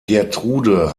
gertrude